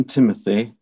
Timothy